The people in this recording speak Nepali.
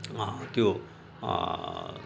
त्यो